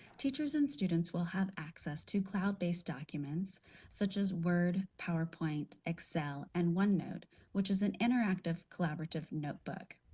teachers and students will have access to cloud-based documents such as word powerpoint excel and onenote which is an interactive collaborative notebook?